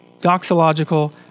doxological